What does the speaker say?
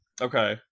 Okay